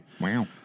wow